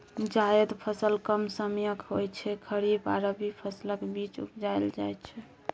जाएद फसल कम समयक होइ छै खरीफ आ रबी फसलक बीच उपजाएल जाइ छै